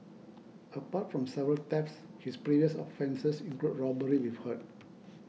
apart from several thefts his previous offences include robbery with hurt